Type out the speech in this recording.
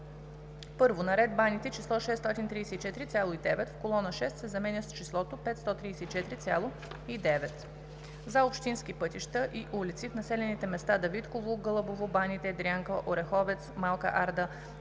1. На ред Баните числото „634,9“ в колона 6 се заменя с числото „5 134,9“. - за общински пътища и улици в населените места Давидково, Гълъбово, Баните, Дрянка, Оряховец, Малка Арда,